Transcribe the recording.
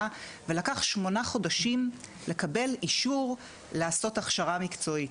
ולקח שמונה חודשים לקבל אישור לעשות הכשרה מקצועית,